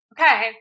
okay